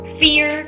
fear